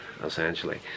essentially